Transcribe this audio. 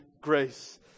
grace